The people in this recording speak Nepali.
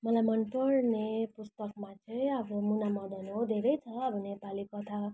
मलाई मनपर्ने पुस्तकमा चाहिँ अब मुनामदन हो धेरै छ अब नेपाली कथाको